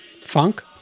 funk